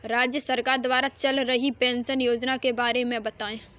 राज्य सरकार द्वारा चल रही पेंशन योजना के बारे में बताएँ?